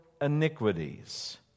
iniquities